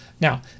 Now